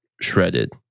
shredded